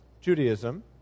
Judaism